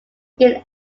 begin